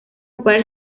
ocupar